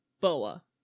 Boa